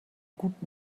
gut